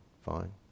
fine